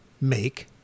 Make